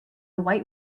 white